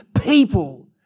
people